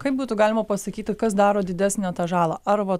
kaip būtų galima pasakyti kas daro didesnę tą žalą arba